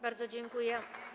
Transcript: Bardzo dziękuję.